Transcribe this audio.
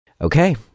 Okay